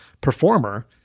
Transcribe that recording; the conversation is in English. performer